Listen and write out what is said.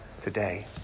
today